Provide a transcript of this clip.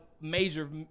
major